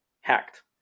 hacked